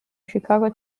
chicago